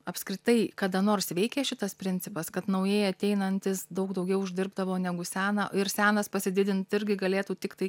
apskritai kada nors veikė šitas principas kad naujai ateinantys daug daugiau uždirbdavo negu seną ir senas pasididint irgi galėtų tiktai